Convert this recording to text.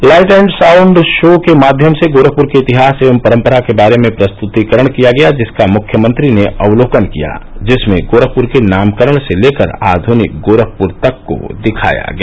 light and sound show के माध्यम से गोरखपुर के इतिहास एव परम्परा के बारे में प्रस्तुतिकरण किया गया जिसका मुख्यमंत्री ने अवलोकन किया जिसमें गोरखपुर के नामकरण से लेकर आधुनिक गोरखपुर तक को दिखाया गया